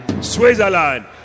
switzerland